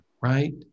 right